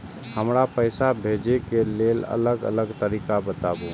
हमरा पैसा भेजै के लेल अलग अलग तरीका बताबु?